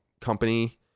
company